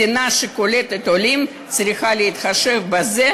מדינה שקולטת עולים צריכה להתחשב בזה